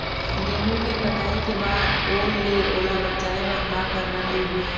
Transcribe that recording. गेहूं के कटाई के बाद ओल ले ओला बचाए बर का करना ये?